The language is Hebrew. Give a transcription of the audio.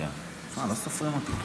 לא סופרים אותי פה.